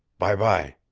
by-by.